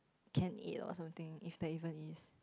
can eat or something is that even is